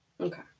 Okay